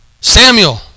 Samuel